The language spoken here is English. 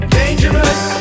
dangerous